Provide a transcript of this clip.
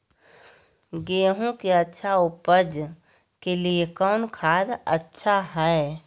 गेंहू के अच्छा ऊपज के लिए कौन खाद अच्छा हाय?